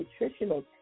nutritional